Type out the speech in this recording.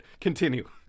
Continue